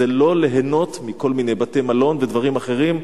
זה לא ליהנות מכל מיני בתי-מלון ודברים אחרים.